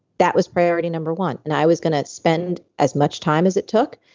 that was priority number one and i was going to spend as much time as it took,